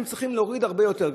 הם צריכים להוריד הרבה יותר.